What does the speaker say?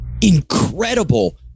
incredible